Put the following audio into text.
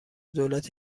دولت